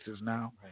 now